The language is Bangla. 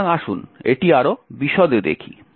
সুতরাং আসুন এটি আরও বিশদে দেখি